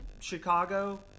Chicago